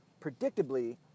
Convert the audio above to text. predictably